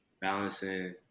balancing